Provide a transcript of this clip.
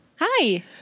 Hi